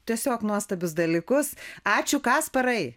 tiesiog nuostabius dalykus ačiū kasparai